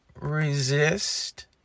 resist